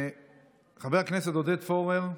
חבר הכנסת עודד פורר,